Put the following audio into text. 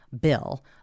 bill